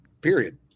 period